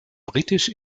britisch